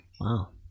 Wow